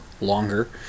Longer